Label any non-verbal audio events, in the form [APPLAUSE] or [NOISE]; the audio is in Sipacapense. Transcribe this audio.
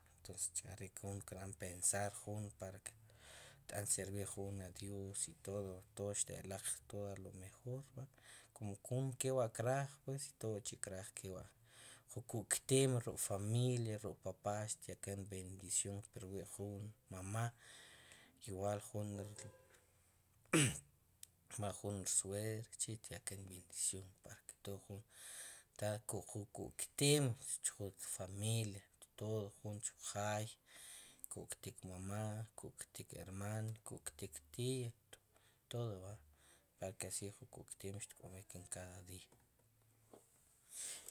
Entonces are' jun kirb'an pensar jun, para que tb'an jun servir a dios y todo, todo xeteloq atodo a lo mejor kum kum kewa' kraj pues y todo chi' wa' kraj' kewa' ju kuktem ruk' familia ruk' papá xatyaken r bendición prwi' jun, mamá igual [NOISE] jun [NOISE] mamá jun, r suegra i tyaken r bendición para que todo, ta ju kuktem chju familia, todo jun chjay, kuktik mamá, kuktik hermano, kuktik tía, todo va, para que así ju kuktem xk'ob'ik en cada día